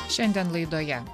šiandien laidoje